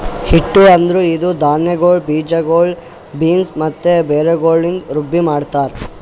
ಹಿಟ್ಟು ಅಂದುರ್ ಇದು ಧಾನ್ಯಗೊಳ್, ಬೀಜಗೊಳ್, ಬೀನ್ಸ್ ಮತ್ತ ಬೇರುಗೊಳಿಂದ್ ರುಬ್ಬಿ ಮಾಡ್ತಾರ್